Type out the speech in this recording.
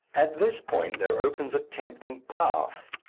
at this point there opens a tempting path,